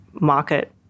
market